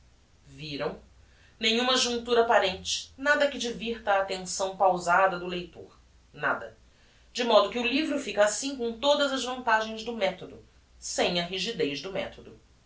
viram nenhuma juntura apparente nada que divirta a attenção pausada do leitor nada de modo que o livro fica assim com todas as vantagens do methodo sem a rigidez do methodo